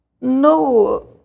no